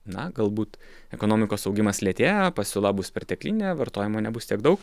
na galbūt ekonomikos augimas lėtėja pasiūla bus perteklinė vartojimo nebus tiek daug